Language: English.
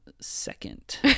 second